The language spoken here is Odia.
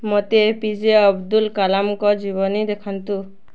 ମୋତେ ଏ ପି ଜେ ଅବଦୁଲ୍ କଲାମଙ୍କ ଜୀବନି ଦେଖାନ୍ତୁ